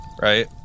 right